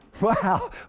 Wow